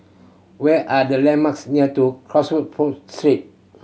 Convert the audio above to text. where are the landmarks near to